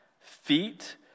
feet